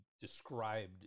described